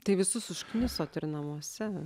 tai visus užknisot ir namuose